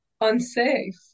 unsafe